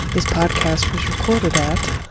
this podcast was recorded at.